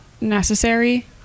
necessary